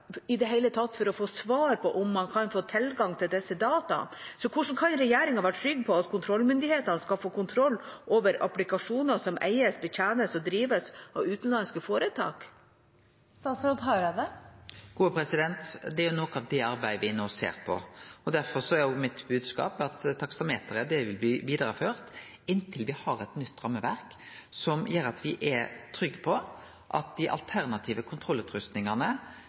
i det hele tatt å få svar på om man kan få tilgang til disse dataene. Så hvordan kan regjeringa være trygg på at kontrollmyndighetene skal få kontroll over applikasjoner som eies, betjenes og drives av utenlandske foretak? Det er noko av det arbeidet me no ser på. Derfor er også bodskapet mitt at taksameteret vil bli vidareført inntil me har eit nytt rammeverk som gjer at me er trygge på at dei alternative